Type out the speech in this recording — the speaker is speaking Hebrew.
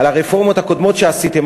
על הרפורמות הקודמות שעשיתם,